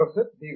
professor B